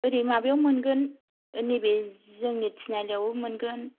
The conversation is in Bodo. ओरै माबायाव मोनगोन नैबे जोंनि थिनालियावबो मोनगोन